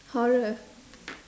horror